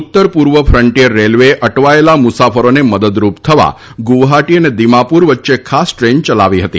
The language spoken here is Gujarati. ઉત્તર પૂર્વ ફ્રન્ટીયર રેલવેએ અટવાયેલા મુસાફરોને મદદરૂપ થવા ગુવહાટી અને દિમાપુર વચ્ચે ખાસ ટ્રેન ચલાવી હતી